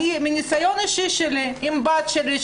מניסיון אישי שלי עם הבת שלי,